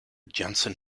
janssen